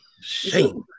Shame